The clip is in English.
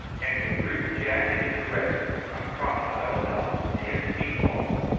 and we drew jack and his aggressor, a crocodile about ten feet long,